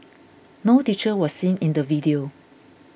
no teacher was seen in the video